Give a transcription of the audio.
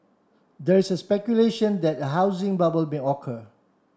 there is speculation that a housing bubble may occur